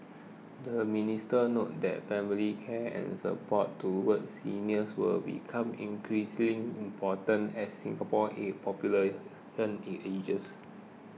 the minister noted that family care and support towards seniors will become increasingly important as Singapore ages